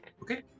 Okay